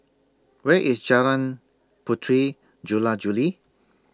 Where IS Jalan Puteri Jula Juli